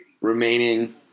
remaining